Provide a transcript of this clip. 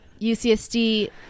UCSD